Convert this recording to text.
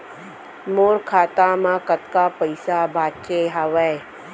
मोर खाता मा कतका पइसा बांचे हवय?